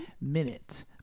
Minute